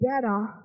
better